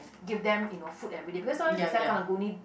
give them you know food everyday because sometimes they sell Karang-Guni